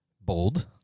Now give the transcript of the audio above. Bold